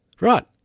Right